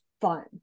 fun